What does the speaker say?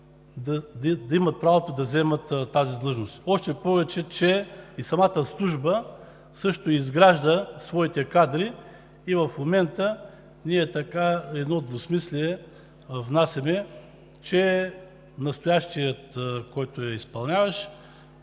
да имат правото да заемат тази длъжност. Още повече и самата служба също изгражда своите кадри и в момента ние внасяме едно двусмислие, че настоящият изпълняващ